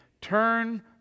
Turn